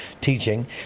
teaching